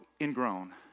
ingrown